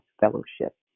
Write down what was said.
fellowship